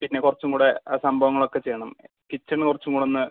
പിന്നെ കുറച്ചും കൂടെ സംഭവങ്ങൾ ഒക്കെ ചെയ്യണം കിച്ചൻ കുറച്ചും കൂടെ ഒന്ന്